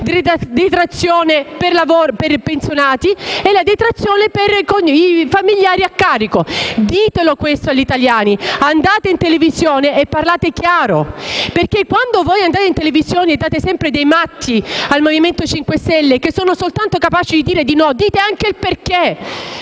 nella detrazione per i pensionati e nella detrazione per i familiari a carico. Ditelo questo agli italiani. Andate in televisione e parlate chiaro. Quando andate in televisione a dare sempre dei matti al Movimento 5 Stelle, che accusate perché dice sempre di no, dite anche il perché.